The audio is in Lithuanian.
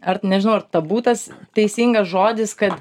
ar nežinau ar tabu tas teisingas žodis kad